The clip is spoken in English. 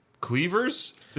cleavers